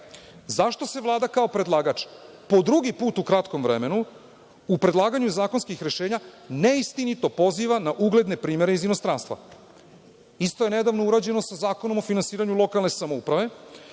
Zašto se Vlada kao predlagač, po drugi put u kratkom vremenu u predlaganju zakonskih rešenja, neistinito poziva na ugledne primere iz inostranstva? Isto je nedavno urađeno sa Zakonom o finansiranju lokalne samouprave,